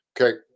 Okay